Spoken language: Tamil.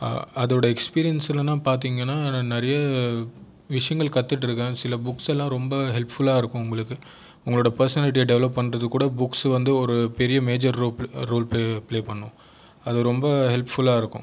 அதோடய எக்ஸ்பீரியென்ஸெல்லாம் தான் பார்த்தீங்கன்னா நான் நிறைய விஷயங்கள் கற்றுட்டு இருக்கேன் சில புக்ஸ் எல்லாம் ரொம்ப ஹெல்ப்ஃபுல்லாக இருக்கும் உங்களுக்கு உங்களோடய பெர்சனாலிட்டியை டெவலப் பண்ணுறதுக்கு கூட புக்ஸ் வந்து ஒரு பெரிய மேஜர் ரோல் ரோல் ப் பிளே பண்ணும் அது ரொம்ப ஹெல்ப்ஃபுல்லாக இருக்கும்